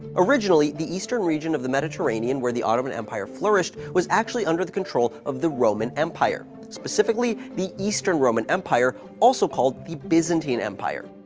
originally, the eastern region of the mediterranean, where the ottoman empire flourished, was actually under the control of the roman empire. specifically, the eastern roman empire, also called the byzantine empire.